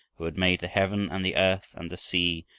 who had made the heaven and the earth and the sea,